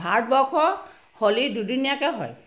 ভাৰতবৰ্ষত হোলি দুদিনীয়াকৈ হয়